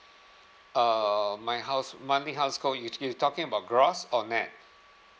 uh my house my monthly household you you talking about gross or net